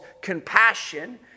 compassion